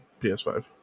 PS5